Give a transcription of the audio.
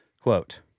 Quote